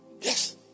Yes